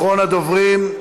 אחרון הדוברים.